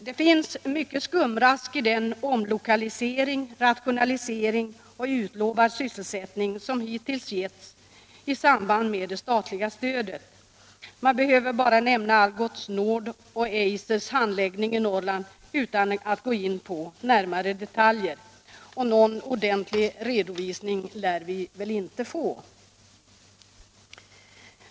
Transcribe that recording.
Det finns så mycket skumrask i den omlokalisering, ratio — industrierna nalisering och utlovade sysselsättning som hittills getts i samband med det statliga stödet. Man behöver bara nämna Algots Nords och Eisers handläggning i Norrland utan att gå in på detaljer. Någon ordentlig redovisning lär vi inte få.